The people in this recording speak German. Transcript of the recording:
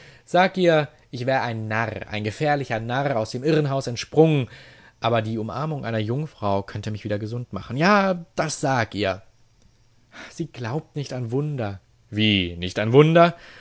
sag ihr ich wär ein narr ein gefährlicher narr aus dem irrenhaus entsprungen aber die umarmung einer jungfrau könnte mich wieder gesund machen ja das sag ihr sie glaubt nicht an wunder wie nicht an wunder